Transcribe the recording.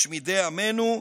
משמידי עמנו,